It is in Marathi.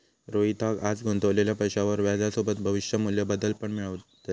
रोहितका आज गुंतवलेल्या पैशावर व्याजसोबत भविष्य मू्ल्य बदल पण मिळतले